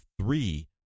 three